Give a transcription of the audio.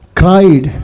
cried